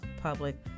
public